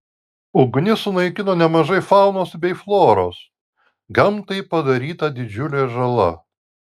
ugnis sunaikino nemažai faunos bei floros gamtai padaryta didžiulė žala